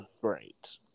great